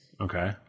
Okay